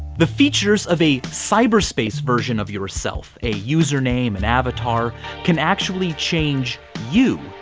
the features of a cyberspace version of yourself, a username and avatar can actually change you,